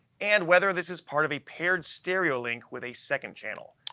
and whether this is part of a paired stereo link with a second channel.